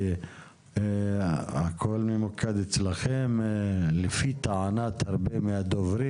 כי הכל ממוקד אצלכם, לפי טענת הרבה מהדוברים.